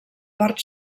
part